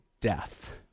death